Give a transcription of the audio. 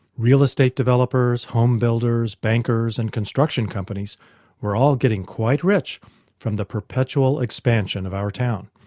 real estate developers, homebuilders, bankers and construction companies were all getting quite rich from the perpetual expansion of our town.